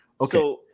Okay